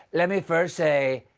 let me first say,